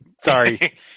Sorry